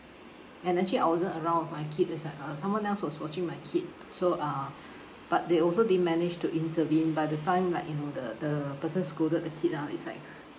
and actually I wasn't around with my kid is like uh someone else was watching my kid so uh but they also didn't manage to intervene by the time like you know the the person scolded the kid ah it's like